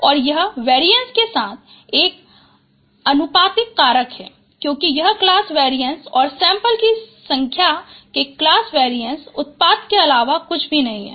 और यह वेरिएंस के साथ एक आनुपातिक कारक है क्योंकि यह क्लास वेरिएंस और सैंपल की संख्या के क्लास वेरिएंस उत्पाद के अलावा कुछ भी नहीं है